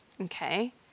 okay